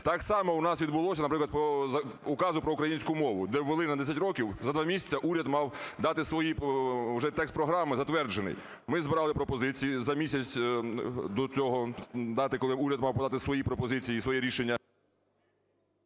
Так само у нас відбулося, наприклад, по Указу про українську мову, де ввели на 10 років, за 2 місяці уряд мав дати свої... уже текст програми затверджений. Ми збирали пропозиції за місяць до цього – дати, коли уряд мав подати свої пропозиції і свої рішення...